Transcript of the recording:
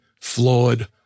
flawed